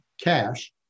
cash